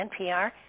NPR